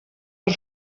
per